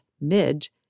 Midge